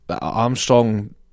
Armstrong